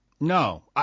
no